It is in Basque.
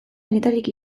denetarik